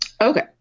Okay